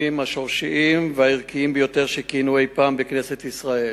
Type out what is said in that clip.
השורשיים והערכיים ביותר שכיהנו אי-פעם בכנסת ישראל.